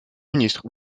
ministre